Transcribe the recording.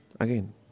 Again